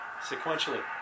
sequentially